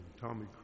Tommy